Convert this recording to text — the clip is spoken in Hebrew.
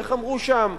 איך אמרו שם?